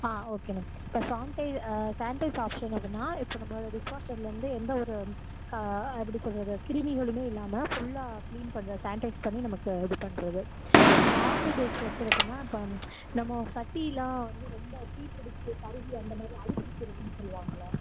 ஆ okay ma'am இப்போ சான்டை sanitize option அப்பன்னா இப்போ நம்ம டிஷ் வாஷரில் வந்து எந்த ஒரு கா எப்படி சொல்வது கிருமிகளுமே இல்லாமல் ஃபுல்லாக கிளீன் பண்ணுற சேன்டைஸ் பண்ணி நமக்கு இது பண்ணுறது இப்போ ஹார்டு டிஷ் வாஷர் அப்பன்னா இப்போ நம்ம சட்டியெலாம் வந்து ரொம்ப தீப்பிடிச்சு கருகி அந்த மாதிரி அடிப்பிடிச்சிருக்குன்னு சொல்வாங்கள்லே